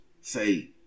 say